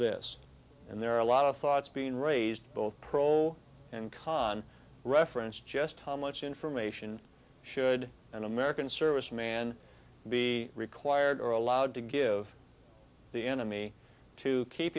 this and there are a lot of thoughts being raised both pro and con reference just how much information should an american serviceman be required or allowed to give the enemy to keep